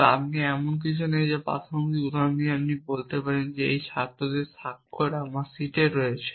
বা একটি আরও প্রাসঙ্গিক উদাহরণ নিতে যদি আমি বলি এই ছাত্রদের স্বাক্ষর আমার শীটে রয়েছে